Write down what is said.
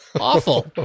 awful